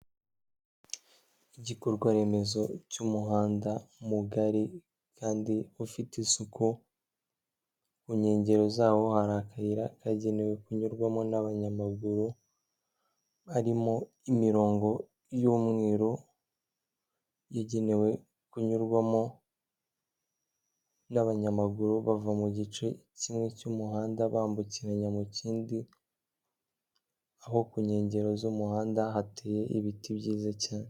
Igikorwa remezo cy'umuhanda mugari kandi ufite isuku, ku nkengero zawo hari akayira kagenewe kunyurwamo n'abanyamaguru, harimo imirongo y'umweru yagenewe kunyurwamo n'abanyamaguru bava mu gice kimwe cy'umuhanda, bambukiranya mu kindi, aho ku nkengero z'umuhanda hateye ibiti byiza cyane.